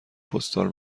پستال